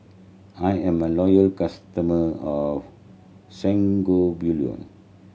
I am a loyal customer of Sangobion